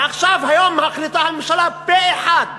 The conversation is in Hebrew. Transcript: ועכשיו, היום, מחליטה הממשלה פה-אחד